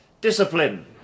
discipline